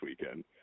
weekend